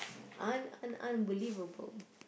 un~ un~ unbelievable